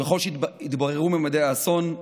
ככל שהתבררו ממדי האסון,